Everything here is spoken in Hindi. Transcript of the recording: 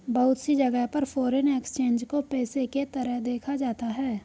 बहुत सी जगह पर फ़ोरेन एक्सचेंज को पेशे के तरह देखा जाता है